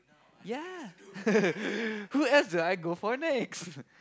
ya who else will I go for next